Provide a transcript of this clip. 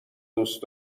دوست